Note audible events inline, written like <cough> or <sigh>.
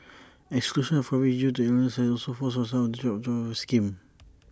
<noise> exclusion of coverage due to illnesses also forces some of them to drop out of the scheme